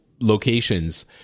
locations